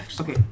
Okay